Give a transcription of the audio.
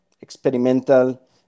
experimental